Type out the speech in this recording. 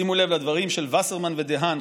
שימו לב לדברים של וסרמן ודהאן,